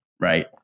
right